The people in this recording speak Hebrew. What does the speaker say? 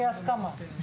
אי הסכמה.